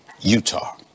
Utah